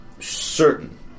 certain